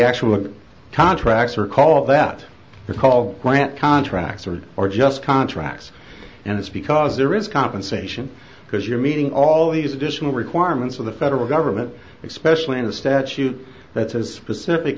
actual contracts are call that the call grant contracts or are just contracts and it's because there is compensation because you're meeting all these additional requirements of the federal government especially in a statute that's as specific